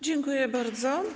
Dziękuję bardzo.